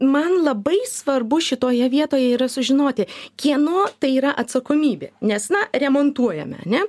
man labai svarbu šitoje vietoje yra sužinoti kieno tai yra atsakomybė nes na remontuojame ane